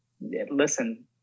listen